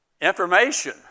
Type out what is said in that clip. information